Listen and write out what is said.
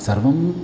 सर्वम्